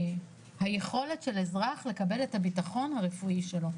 היכולת של האזרח לקבל את הביטחון הרפואי שלו,